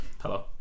Hello